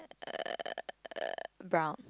uh brown